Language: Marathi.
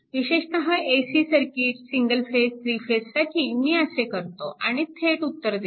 विशेषतः AC circuit single phase three फेजसाठी मी असे करतो आणि थेट उत्तर देतो